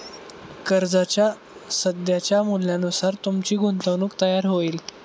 कर्जाच्या सध्याच्या मूल्यानुसार तुमची गुंतवणूक तयार होईल